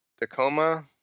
Tacoma